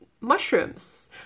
mushrooms